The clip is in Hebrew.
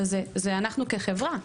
זה אנחנו, כחברה,